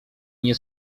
nie